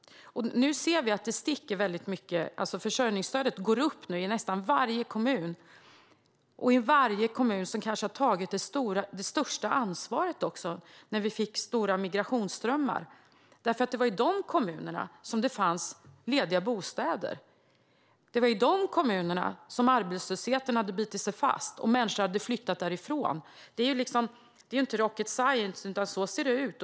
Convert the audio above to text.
Nu ser vi att försörjningsstödet ökar i nästan varje kommun och i de kommuner som också tog det största ansvaret när vi fick stora migrationsströmmar. Det var i de kommunerna som det fanns lediga bostäder. Det var i de kommunerna som arbetslösheten hade bitit sig fast, och människor hade flyttat därifrån. Det är inte rocket science, utan så ser det ut.